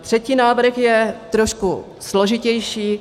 Třetí návrh je trošku složitější.